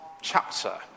chapter